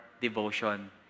devotion